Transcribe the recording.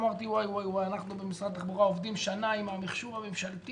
אמרתי - אנחנו במשרד התחבורה עובדים שנה עם המכשור הממשלתי,